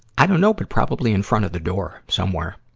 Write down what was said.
i don't know, but probably in front of the door somewhere.